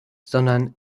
sondern